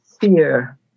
fear